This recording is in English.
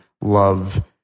love